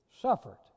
suffered